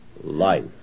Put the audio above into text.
life